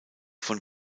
von